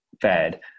fed